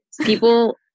people-